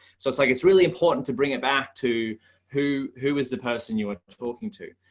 so it's like, it's really important to bring it back to who who is the person you're talking to.